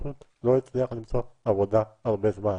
שבחוץ לא הצליח למצוא עבודה הרבה זמן.